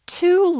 two